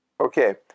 Okay